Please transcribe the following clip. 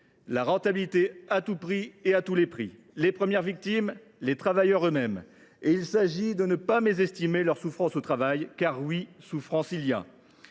La rentabilité à tout prix, et à tous les prix. Les premières victimes sont les travailleurs eux mêmes. Il s’agit de ne pas mésestimer leur souffrance au travail, car oui, souffrance il y a.